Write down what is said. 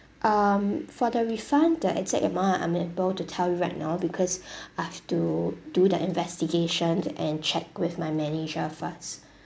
um for the refund the exact amount I'm unable to tell you right now because I've to do the investigation and check with my manager first